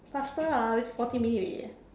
faster lah already forty minute already eh